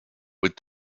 with